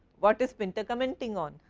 what is pinter commenting on?